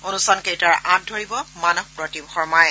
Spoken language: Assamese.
অনুষ্ঠান কেইটাৰ আঁত ধৰিব মানস প্ৰতীম শৰ্মাই